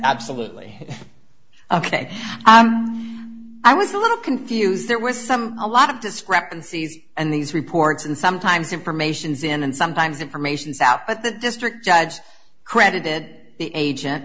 absolutely ok i was a little confused there was some a lot of discrepancies and these reports and sometimes informations in and sometimes information is out at the district judge credited the agent